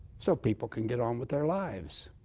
so people can get on with their lives.